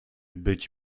być